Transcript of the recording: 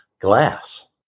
glass